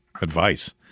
advice